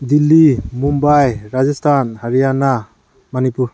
Delhi Mumbai Rajasthan Haryana Manipur